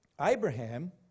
Abraham